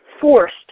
forced